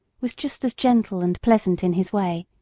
was just as gentle and pleasant in his way,